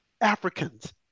Africans